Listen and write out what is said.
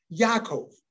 Yaakov